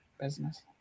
business